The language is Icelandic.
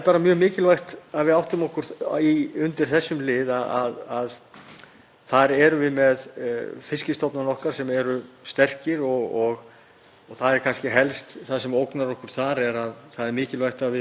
og kannski er það sem helst ógnar okkur þar að það er mikilvægt að við tryggjum nýtingu þeirra ræktarjarða sem fyrir eru. Annar liður er að þekking á framleiðslu og tæki til framleiðslu séu til staðar.